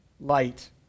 light